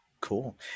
cool